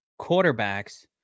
quarterbacks